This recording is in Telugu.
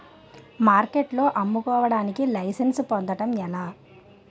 మార్కెట్లో అమ్ముకోడానికి లైసెన్స్ పొందడం ఎలా?